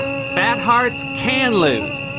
fat hearts can lose